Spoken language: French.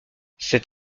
cet